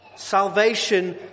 Salvation